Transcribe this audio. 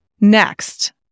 Next